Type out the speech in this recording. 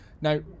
Now